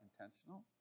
intentional